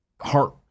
heart